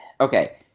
okay